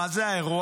מה זה האירוע?